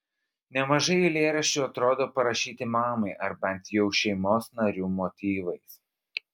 nemažai eilėraščių atrodo parašyti mamai ar bent jau šeimos narių motyvais